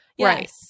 Right